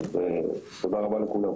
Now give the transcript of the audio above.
אז תודה רבה לכולם.